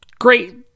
great